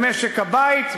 במשק-הבית,